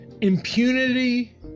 Impunity